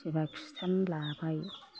सोरबा खृष्टान लाबाय